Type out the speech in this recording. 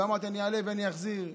ואמרתי: אני אעלה ואני אחזיר.